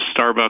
Starbucks